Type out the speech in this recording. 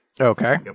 Okay